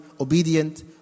obedient